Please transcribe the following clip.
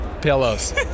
pillows